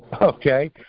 okay